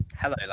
Hello